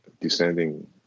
descending